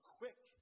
quick